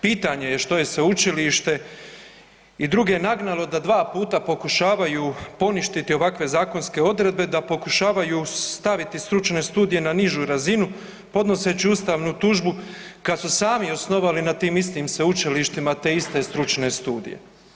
Pitanje je što je sveučilište i druge je nagnalo da dva puta pokušavaju poništiti ovakve zakonske odredbe, da pokušavaju staviti stručne studije na nižu razinu podnoseći ustavnu tužbu kad su sami osnovali na tim istim sveučilištima te iste stručne studije.